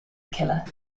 killer